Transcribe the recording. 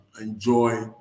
enjoy